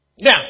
Now